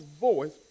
voice